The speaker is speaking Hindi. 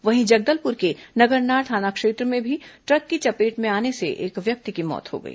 वहीं जगदलपुर के नगरनार थाना क्षेत्र में भी ट्रक की चपेट में आने से एक व्यक्ति की मौत हो गई